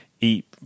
eat